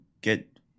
get